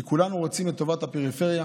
כי כולנו רוצים את טובת הפריפריה.